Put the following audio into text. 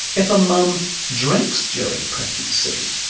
if a mum drinks during pregnancy,